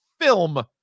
film